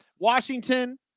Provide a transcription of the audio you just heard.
Washington